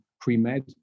pre-med